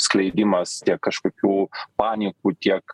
skleidimas tiek kažkokių panikų tiek